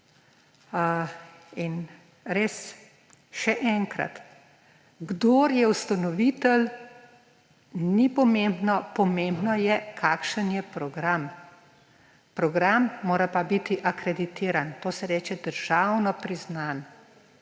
In res, še enkrat, kdo je ustanovitelj, ni pomembno, pomembno je, kakšen je program. Program mora pa biti akreditiran, to se reče državno priznan,